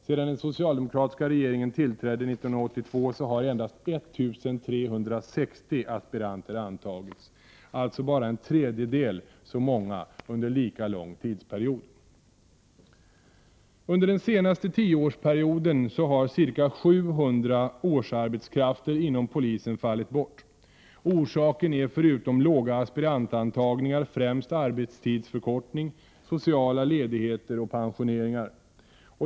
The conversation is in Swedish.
Sedan den socialdemokratiska regeringen tillträdde 1982 har endast 1 360 aspiranter antagits, alltså bara en tredjedel så många under lika lång tidsperiod. Under den senaste tioårsperioden har ca 700 årsarbetskrafter inom polisen fallit bort. Orsaken är förutom låga aspirantantagningar främst arbetstidsförkortning, sociala ledigheter och pensioneringar.